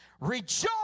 rejoice